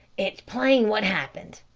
it's plain what happened,